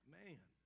man